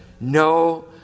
No